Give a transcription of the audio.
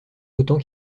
autant